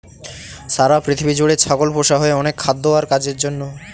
সারা পৃথিবী জুড়ে ছাগল পোষা হয় অনেক খাদ্য আর কাজের জন্য